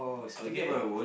okay